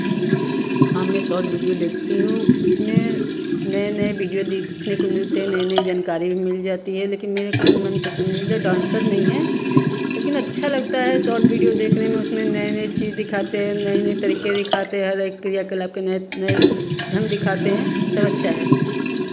हाँ मैं short video देखती हूँ इसमें नए नए विडियो देखने को मिलते हैं नए नए जानकारी भी मिल जाती है लेकिन मेरे को भी मनपसंद है जो डांसर नहीं हैं लेकिन अच्छा लगता है सॉर्ट विडियो देखने में उसमें नए नए चीज़ दिखाते हैं नई नई तरीके दिखाते है क्रियाकलाप के नए नए ढंग दिखाते हैं सब अच्छा है